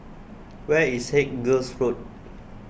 where is Haig Girls' School